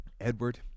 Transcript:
Edward